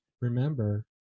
remember